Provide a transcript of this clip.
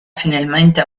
finalmente